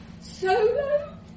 Solo